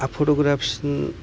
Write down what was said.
આ ફોટોગ્રાફસ